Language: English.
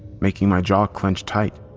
making my jaw clench tight.